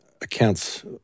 accounts